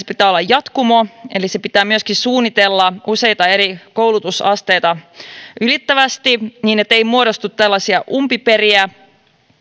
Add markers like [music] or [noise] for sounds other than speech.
[unintelligible] pitää olla jatkumo eli se pitää myöskin suunnitella useita eri koulutusasteita ylittävästi niin ettei muodostu tällaisia umpiperiä